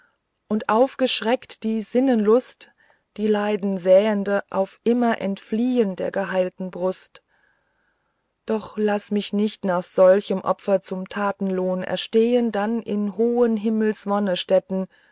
und aufgeschreckt die sinnenlust die leidensäende auf immer entfliehen der geheilten brust doch laß mich nicht nach solchem opfer zum tatenlohn erstehen dann in hohen himmels